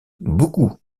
beaucoup